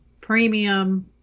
premium